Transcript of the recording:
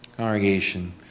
Congregation